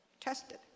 tested